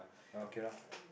okay loh